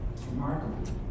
Remarkable